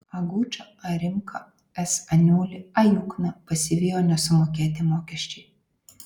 a gučą a rimką s aniulį a jukną pasivijo nesumokėti mokesčiai